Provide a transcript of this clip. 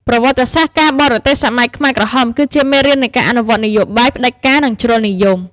ប្រវត្តិសាស្ត្រការបរទេសសម័យខ្មែរក្រហម គឺជាមេរៀននៃការអនុវត្តនយោបាយផ្ដាច់ការ និងជ្រុលនិយម។